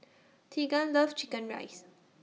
Tegan loves Chicken Rice